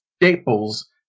staples